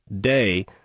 day